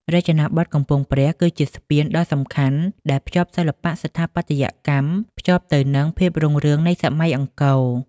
រចនាបថកំពង់ព្រះគឺជាស្ពានដ៏សំខាន់ដែលភ្ជាប់សិល្បៈស្ថាបត្យកម្មភ្ជាប់ទៅនឹងភាពរុងរឿងនៃសម័យអង្គរ។